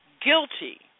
guilty